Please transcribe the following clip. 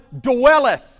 dwelleth